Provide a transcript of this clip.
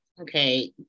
okay